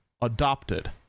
adopted